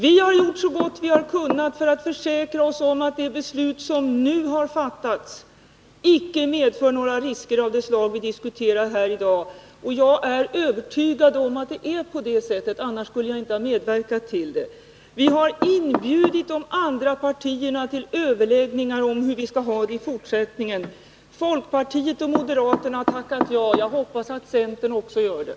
Vi har gjort så gott vi har kunnat för att försäkra oss om att det beslut som nu har fattats icke medför några risker av det slag vi diskuterar här i dag, och jag är övertygad om att det är på det sättet, annars skuile inte jag har medverkat till det. Vi har inbjudit de andra partierna till överläggningar om hur vi skall ha det i fortsättningen. Folkpartiet och moderaterna har tackat ja, jag hoppas att centern också gör det.